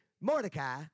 Mordecai